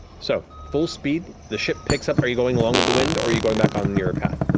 so full speed, the ship picks up. are you going along with the wind, or are you going back on your path?